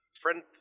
friend